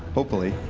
hopefully.